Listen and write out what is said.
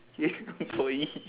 !yay! boy